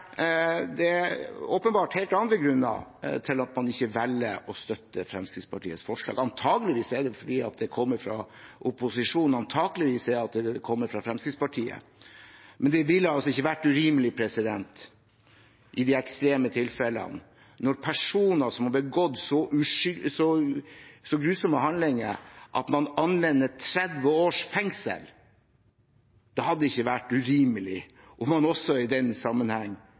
er åpenbart helt andre grunner til at man ikke velger å støtte Fremskrittspartiets forslag. Antakeligvis er det fordi det kommer fra opposisjonen. Antakeligvis er det at det kommer fra Fremskrittspartiet. Men det ville altså ikke vært urimelig om man i de ekstreme tilfellene, når personer som har begått så grusomme handlinger at man anvender 30 års fengsel, også i denne sammenhengen fradømte dem – tidsbegrenset eller for livet ut – retten til å delta i